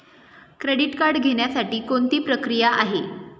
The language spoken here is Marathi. क्रेडिट कार्ड घेण्यासाठी कोणती प्रक्रिया आहे?